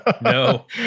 No